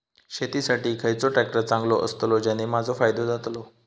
शेती साठी खयचो ट्रॅक्टर चांगलो अस्तलो ज्याने माजो फायदो जातलो?